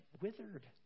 withered